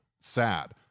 sad